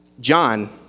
John